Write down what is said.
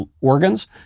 organs